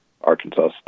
Arkansas